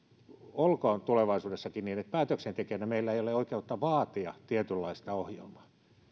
olkoon tulevaisuudessakin niin että päätöksentekijöinä meillä ei kuitenkaan ole oikeutta vaatia tietynlaista ohjelmaa